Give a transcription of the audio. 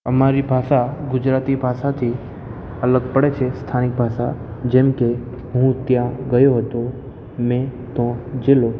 અમારી ભાષા ગુજરાતી ભાસાથી અલગ પળે છે સ્થાનિક ભાસા જેમકે હું ત્યાં ગયો હતો મેં તો જીલો